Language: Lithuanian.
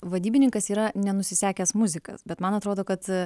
vadybininkas yra nenusisekęs muzikas bet man atrodo kad